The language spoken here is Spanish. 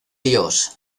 dios